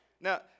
Now